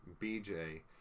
BJ